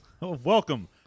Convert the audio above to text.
Welcome